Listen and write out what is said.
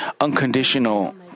unconditional